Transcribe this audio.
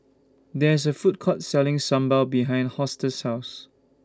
There IS A Food Court Selling Sambal behind Hortense's House